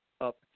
up